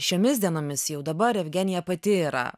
šiomis dienomis jau dabar jevgenija pati yra